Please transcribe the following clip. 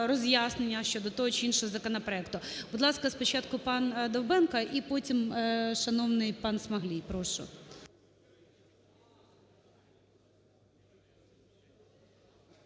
роз'яснення щодо того чи іншого законопроекту. Будь ласка, спочатку панДовбенко, і потім шановний пан Смолій. Прошу.